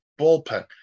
Bullpen